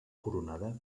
coronada